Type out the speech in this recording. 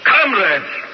Comrades